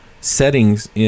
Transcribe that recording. settings